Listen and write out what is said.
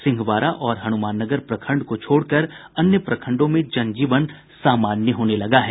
सिंहवाड़ा और हनुमाननगर प्रखंड को छोड़कर अन्य प्रखंडों में जन जीवन सामान्य होने लगा है